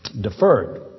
deferred